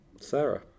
Sarah